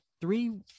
three